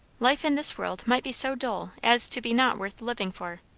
life in this world might be so dull as to be not worth living for.